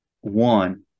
one